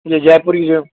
जयपुरी जो